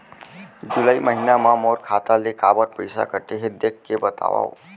जुलाई महीना मा मोर खाता ले काबर पइसा कटे हे, देख के बतावव?